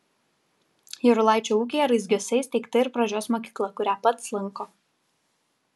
jarulaičio ūkyje raizgiuose įsteigta ir pradžios mokykla kurią pats lanko